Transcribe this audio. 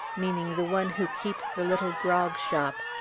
meaning the one who keeps the little grog-shop,